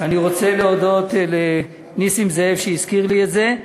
אני רוצה להודות לנסים זאב, שהזכיר לי את זה.